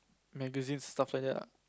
magazines stuff like that lah